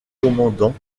commandant